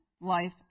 life